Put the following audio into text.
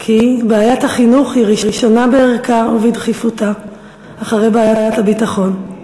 כי בעיית החינוך היא ראשונה בערכה ובדחיפותה אחרי בעיית הביטחון,